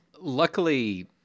luckily